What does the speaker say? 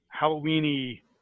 halloweeny